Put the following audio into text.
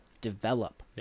develop